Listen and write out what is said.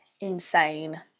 insane